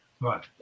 Right